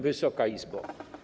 Wysoka Izbo!